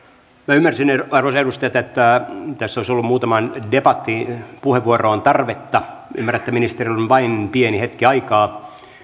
ymmärsin arvoisat edustajat että tässä olisi ollut muutamaan debattipuheenvuoroon tarvetta ymmärrätte että ministerillä on vain pieni hetki aikaa niin